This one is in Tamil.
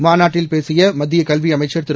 மாநாட்டில் பேசிய மத்திய கல்வி அமைச்சர் திரு